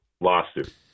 lawsuit